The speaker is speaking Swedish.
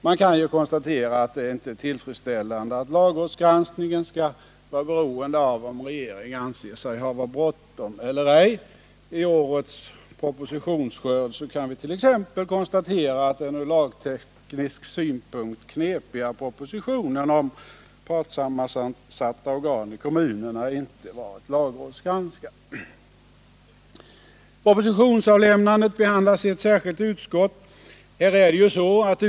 Man kan konstatera att det inte är tillfredsställande att lagrådsgranskningen skall vara beroende av om regeringen anser sig ha bråttom eller ej. I årets propositionsskörd kan vit.ex. notera att den ur lagteknisk synpunkt knepiga propositionen om partssammansatta organ i kommunerna inte varit lagrådsgranskad. Propositionsavlämnandet behandlas i ett särskilt avsnitt.